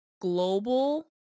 global